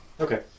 Okay